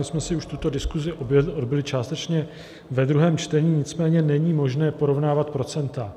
My jsme si už tuto diskusi odbyli částečně ve druhém čtení, nicméně není možné porovnávat procenta.